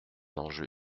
enjeu